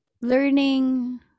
learning